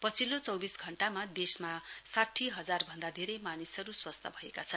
पछिल्लो चौविस घण्टामा देशमा साठी हजार भन्दा धेरै मानिसहरू स्वस्थ भएका छन्